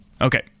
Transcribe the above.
Okay